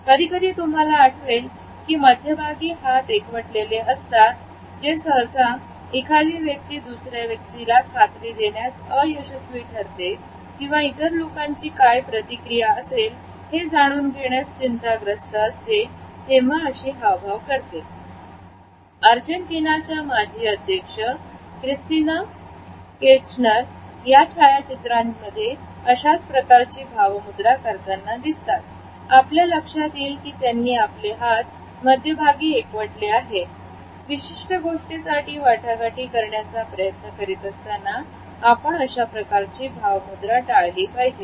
कधीकधी तुम्हाला आठवेल की मध्यभागी हात एकवटलेले असतात हे ससा जेव्हा एखादी व्यक्ती दुसऱ्या व्यक्तीला खात्री देण्यास अयशस्वी ठरते किंवा इतर लोकांची काय प्रतिक्रिया असेल हे जाणून घेण्यास चिंताग्रस्त असते तेव्हा अशी हावभाव करते अर्जेंटिनाच्या माझी अध्यक्ष क्रिस्तीना किरचनर या छायाचित्रांमध्ये अशाच प्रकारची भावमुद्रा करताना दिसतात आपल्या लक्षात येईल की त्यांनी आपले हात मध्यभाग एकवटले आहेत विशिष्ट गोष्टीसाठी वाटाघाटी करण्याचा प्रयत्न करीत असताना आपण अशा प्रकारची भावमुद्रा टाळली पाहिजे